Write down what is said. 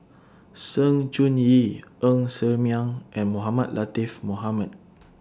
Sng Choon Yee Ng Ser Miang and Mohamed Latiff Mohamed